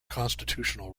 constitutional